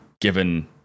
given